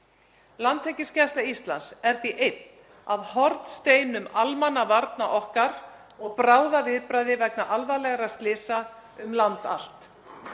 Landhelgisgæsla Íslands er því einn af hornsteinum almannavarna okkar og bráðaviðbragði vegna alvarlegra slysa um land allt.